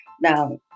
Now